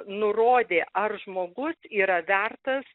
nurodė ar žmogus yra vertas